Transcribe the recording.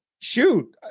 shoot